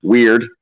Weird